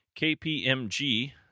KPMG